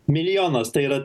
milijonas tai yra